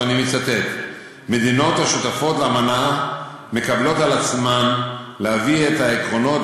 ואני מצטט: המדינות השותפות לאמנה מקבלות על עצמן להביא את העקרונות